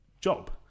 job